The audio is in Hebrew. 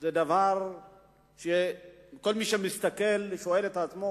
זה דבר שכל מי שמסתכל עליו שואל את עצמו